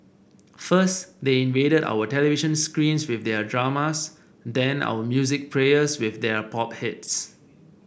first they invaded our television screens with their dramas then our music players with their pop hits